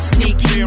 Sneaky